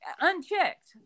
unchecked